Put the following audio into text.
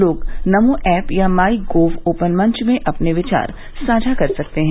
लोग नमो ऐप या MyGov open मंच में अपने विचार साझा कर सकते हैं